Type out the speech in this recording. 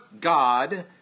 God